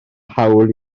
hawl